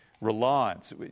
reliance